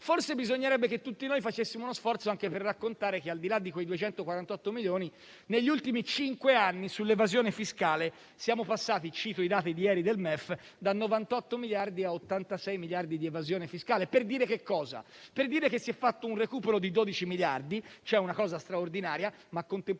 forse bisognerebbe che tutti noi facessimo uno sforzo anche per raccontare che, al di là di quei 248 milioni, negli ultimi cinque anni sull'evasione fiscale siamo passati - cito i dati di ieri del MEF - da 98 a 86 miliardi. Questo per dire che si è fatto un recupero di 12 miliardi, che è una cosa straordinaria, ma